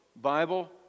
Bible